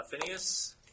Phineas